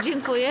Dziękuję.